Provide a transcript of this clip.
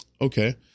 okay